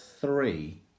three